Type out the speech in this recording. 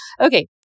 Okay